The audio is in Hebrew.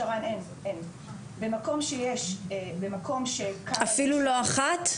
שרן, אין, אין, במקום שיש --- אפילו לא אחת?